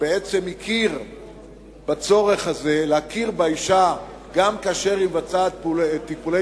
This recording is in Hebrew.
שבעצם הכיר בצורך הזה להכיר באשה גם כאשר היא מבצעת טיפולי